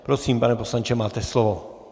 Prosím, pane poslanče, máte slovo.